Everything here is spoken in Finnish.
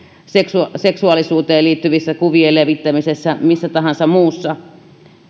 seksuaalisuuteen liittyvissä kuvien levittämisessä missä tahansa muussa